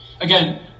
again